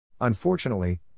Unfortunately